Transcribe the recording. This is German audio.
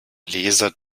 leser